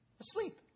asleep